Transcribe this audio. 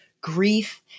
grief